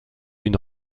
une